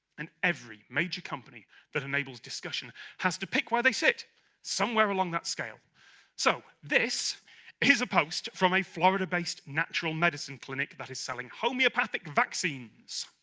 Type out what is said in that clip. and every major company that enables discussion has to pick where they sit somewhere along that scale so this is a post from a florida-based natural medicine clinic that is selling homoeopathic vaccines